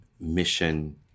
mission